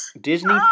Disney